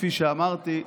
כפי שאמרתי,